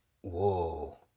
whoa